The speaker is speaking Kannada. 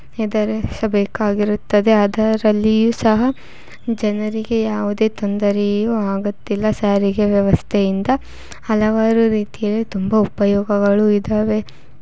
ಎದುರಿಸಬೇಕಾಗಿರುತ್ತದೆ ಅದರಲ್ಲಿಯೂ ಸಹ ಜನರಿಗೆ ಯಾವುದೇ ತೊಂದರೆಯೂ ಆಗುತ್ತಿಲ್ಲ ಸಾರಿಗೆ ವ್ಯವಸ್ಥೆಯಿಂದ ಹಲವಾರು ರೀತಿಯಲ್ಲಿ ತುಂಬ ಉಪಯೋಗಗಳು ಇದ್ದಾವೆ